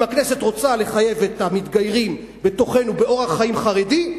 אם הכנסת רוצה לחייב את המתגיירים בתוכנו באורח חיים חרדי,